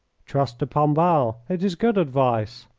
trust de pombal. it is good advice.